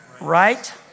Right